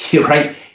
right